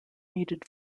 needed